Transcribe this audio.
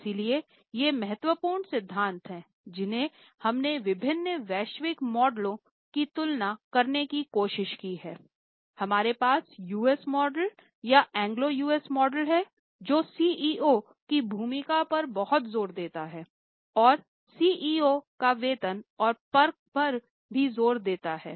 इसलिए ये महत्वपूर्ण सिद्धांत हैं जिन्हें हमने विभिन्न वैश्विक मॉडलों की तुलना करने की कोशिश की है हमारे पास यूएस मॉडल या एंग्लो यूएस मॉडल है जो सीईओ की भूमिका पर बहुत जोर देता है और सीईओ का वेतन और पर्क्स पर भी जोर देता है